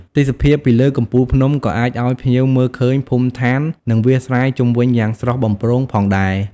ទេសភាពពីលើកំពូលភ្នំក៏អាចឲ្យភ្ញៀវមើលឃើញភូមិឋាននិងវាលស្រែជុំវិញយ៉ាងស្រស់បំព្រងផងដែរ។